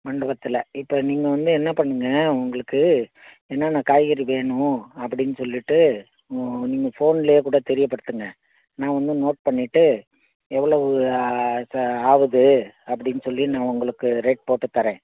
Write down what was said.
மண்டபத்தில் இப்போ நீங்கள் வந்து என்ன பண்ணுங்கள் உங்களுக்கு என்னென்ன காய்கறி வேணும் அப்படின்னு சொல்லிட்டு உ நீங்கள் ஃபோனில் கூட தெரியப்படுத்துங்கள் நான் வந்து நோட் பண்ணிட்டு எவ்வளோவு ச ஆகுது அப்படின்னு சொல்லி நான் உங்களுக்கு ரேட் போட்டு தர்றேன்